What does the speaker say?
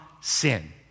sin